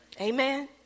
Amen